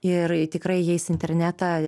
ir tikrai įeis į internetą